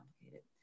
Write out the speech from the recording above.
complicated